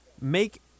make